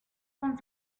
con